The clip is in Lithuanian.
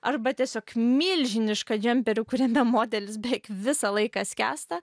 arba tiesiog milžinišką džemperį kuriame modelis beik visą laiką skęsta